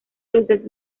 luces